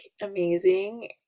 amazing